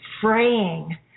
fraying